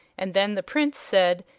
and then the prince said,